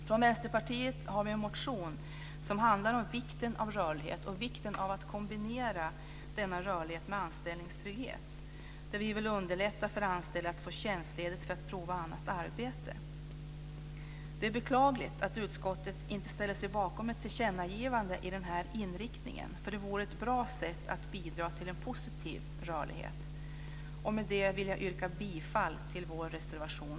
Från Vänsterpartiet har vi en motion som handlar om vikten av rörlighet och vikten av att kombinera denna rörlighet med anställningstrygghet, där vi vill underlätta för anställda att få tjänstledigt för att prova annat arbete. Det är beklagligt att utskottet inte ställer sig bakom ett tillkännagivande med den inriktningen, för det vore ett bra sätt att bidra till en positiv rörlighet. Med detta vill jag yrka bifall till vår reservation